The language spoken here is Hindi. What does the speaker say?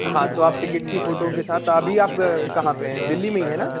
हाँ तो आप टिकेट की फ़ोटो के साथ अभी आप कहाँ पर हैं दिल्ली में ही हैं ना